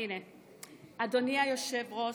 אדוני היושב-ראש,